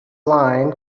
lion